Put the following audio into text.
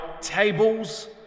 tables